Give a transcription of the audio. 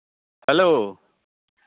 hello